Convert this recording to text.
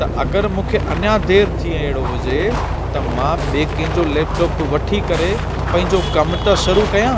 त अगरि मूंखे अञा देरि थीए अहिड़ो हुजे त मां ॿे केंजो लैपटॉप वठी करे पैंजो कमु त शुरू कयां